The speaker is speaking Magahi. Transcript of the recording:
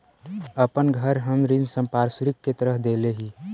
अपन घर हम ऋण संपार्श्विक के तरह देले ही